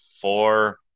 four